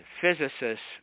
physicists